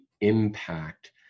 impact